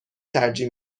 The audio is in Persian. ترجیح